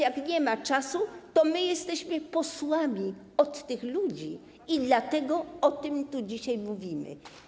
Jeżeli nie ma czasu, to my jesteśmy posłami od tych ludzi i dlatego o tym tu dzisiaj mówimy.